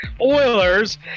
Oilers